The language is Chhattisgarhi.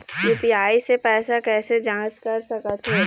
यू.पी.आई से पैसा कैसे जाँच कर सकत हो?